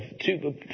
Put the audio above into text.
two